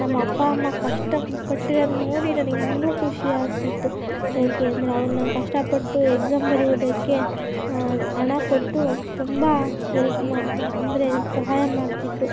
ನಮ್ಮ ಅಪ್ಪ ಅಮ್ಮ ಕಷ್ಟಪಟ್ಟಿರೋದು ನೋಡಿ ನನಗಿನ್ನೂ ಖುಷಿ ಆಗ್ತಿತ್ತು ಏಕೆ ಅಂದರೆ ಅವರು ನಾನು ಕಷ್ಟಪಟ್ಟು ಎಕ್ಸಾಮ್ ಬರೆಯೋದಕ್ಕೆ ಹಣ ಕೊಟ್ಟು ತುಂಬ ಹೆಲ್ಪ್ ಮಾ ಅಂದರೆ ಸಹಾಯ ಮಾಡ್ತಿದ್ರು